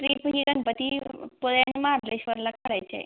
trip ही गणपतीपुळे आणि मार्लेश्वरला काढायची आहे